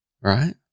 Right